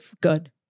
good